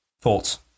thoughts